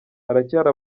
haracyari